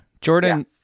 Jordan